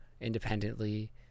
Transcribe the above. independently